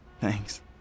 Thanks